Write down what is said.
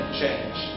change